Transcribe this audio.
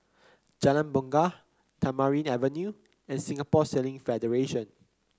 Jalan Bungar Tamarind Avenue and Singapore Sailing Federation